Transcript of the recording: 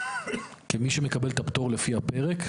כי מי שמקבל את הפטור לפי הפרק,